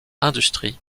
industrie